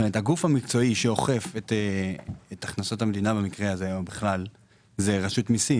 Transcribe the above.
הגוף המקצועי שאוכף את הכנסות המדינה במקרה הזה ובכלל זה רשות המיסים